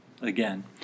again